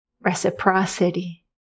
reciprocity